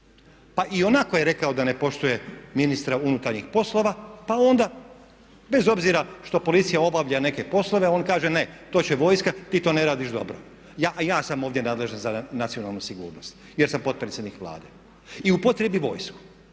Pa ionako je rekao da ne poštuje ministra unutarnjih poslova pa onda bez obzira što policija obavlja neke poslove on kaže ne, to će vojska, ti to ne radiš dobro, a ja sam ovdje nadležan za nacionalnu sigurnost jer sam potpredsjednik Vlade. I onda upotrijebi vojsku.